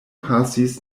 pasis